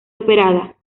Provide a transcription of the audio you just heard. operada